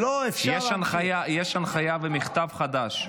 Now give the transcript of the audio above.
לא, אפשר --- יש הנחיה ומכתב חדש.